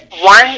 one